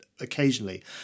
Occasionally